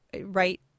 right